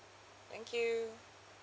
thank you